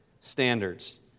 standards